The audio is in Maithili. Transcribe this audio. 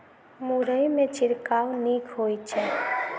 मुरई मे छिड़काव नीक होइ छै?